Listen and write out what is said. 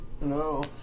No